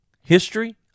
history